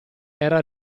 era